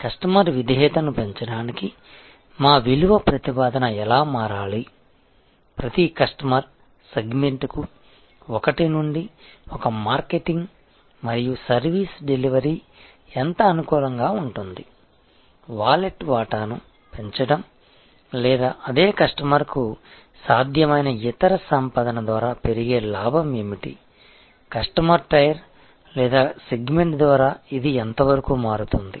customer విధేయతను పెంచడానికి మా విలువ ప్రతిపాదన ఎలా మారాలి ప్రతి కస్టమర్ సెగ్మెంట్కు ఒకటి నుండి ఒక మార్కెటింగ్ మరియు సర్వీస్ డెలివరీ ఎంత అనుకూలంగా ఉంటుంది వాలెట్ వాటాను పెంచడం లేదా అదే కస్టమర్కు సాధ్యమైన ఇతర సంపాదన ద్వారా పెరిగే లాభం ఏమిటి కస్టమర్ టైర్ లేదా సెగ్మెంట్ ద్వారా ఇది ఎంతవరకు మారుతుంది